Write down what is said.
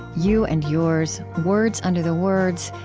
you and yours, words under the words,